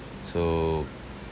so